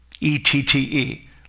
E-T-T-E